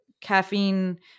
caffeine